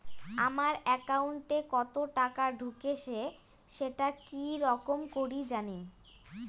আমার একাউন্টে কতো টাকা ঢুকেছে সেটা কি রকম করি জানিম?